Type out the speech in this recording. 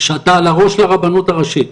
שאתה על הראש של הרבנות הראשית,